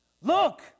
look